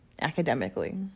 academically